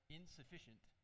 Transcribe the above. insufficient